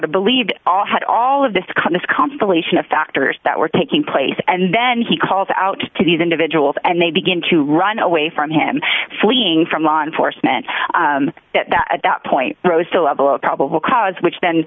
to believe that all had all of this come this constellation of factors that were taking place and then he calls out to these individuals and they begin to run away from him fleeing from law enforcement that at that point rose to a level of probable cause which then